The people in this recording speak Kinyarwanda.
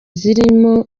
zirimo